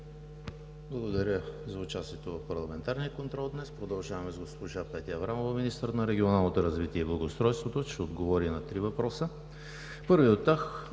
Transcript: благодаря Ви за участието в парламентарния контрол днес. Продължаваме с госпожа Петя Аврамова – министър на регионалното развитие и благоустройството, която ще отговори на три въпроса. Първият от тях